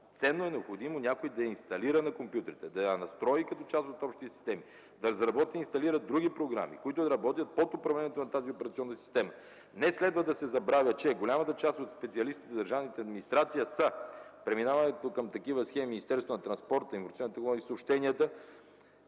е необходимо някой да я инсталира на компютрите, да я настрои като част от общите системи, да заработят и се инсталират други програми, които да работят под управлението на тази операционна система. Не следва да се забравя, че голямата част от специалистите в държавната администрация са за преминаването към такива схеми. В Министерството на транспорта, информационните технологии и съобщенията